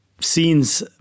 scenes